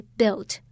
built